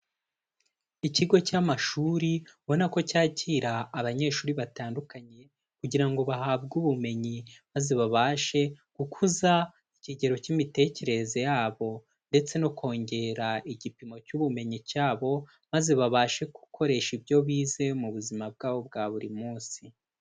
Ikigo cy'amashuri ubona ko cyakira abanyeshuri batandukanye kugira ngo bahabwe ubumenyi, maze babashe gukuza ikigero cy'imitekerereze yabo ndetse no kongera igipimo cy'ubumenyi cyabo, maze babashe gukoresha ibyo bize mu buzima bwabo bwa buri munsi.